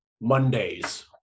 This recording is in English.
Mondays